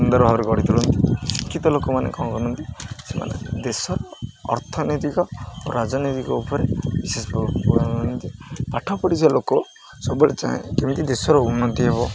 ସୁନ୍ଦର ଭାବରେ ଗଢ଼ି ତୋଳନ୍ତି କିନ୍ତୁ ଲୋକମାନେ କ'ଣ କରନ୍ତି ସେମାନେ ଦେଶର ଅର୍ଥନୈତିକ ଓ ରାଜନୈତିକ ଉପରେ ବିଶେଷ ପାଠ ପଡ଼ିଶା ଲୋକ ସବୁବେଳେ ଚାହେଁ କେମିତି ଦେଶର ଉନ୍ନତି ହେବ